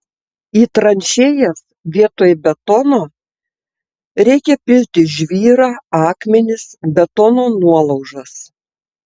į tranšėjas vietoj betono reikia pilti žvyrą akmenis betono nuolaužas